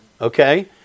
okay